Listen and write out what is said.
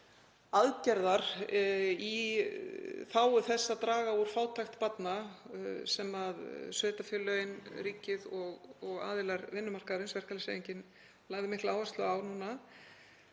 aðgerðar, í þágu þess að draga úr fátækt barna sem sveitarfélögin, ríkið og aðilar vinnumarkaðarins, verkalýðshreyfingin, lögðu mikla áherslu á núna,